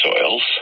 soils